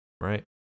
right